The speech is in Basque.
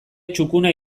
txukuna